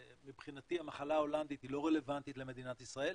מבחינתי המחלה ההולנדית היא לא רלוונטית למדינת ישראל.